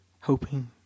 hoping